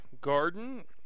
garden